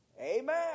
Amen